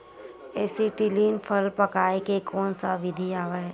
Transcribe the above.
Acetylene फल पकाय के कोन सा विधि आवे?